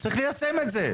צריך ליישם את זה.